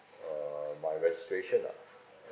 uh my registration ah